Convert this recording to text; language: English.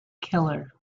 killer